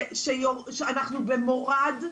אנחנו במורד,